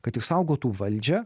kad išsaugotų valdžią